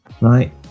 right